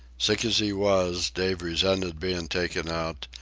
sick as he was, dave resented being taken out,